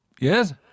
Yes